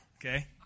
okay